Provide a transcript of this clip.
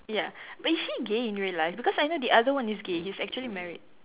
ya but is he gay in real life because I know the other one is gay he's actually married